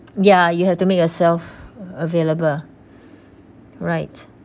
ya you have to make yourself available right